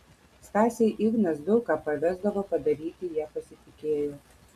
stasei ignas daug ką pavesdavo padaryti ja pasitikėjo